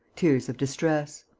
tears of distress.